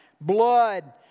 Blood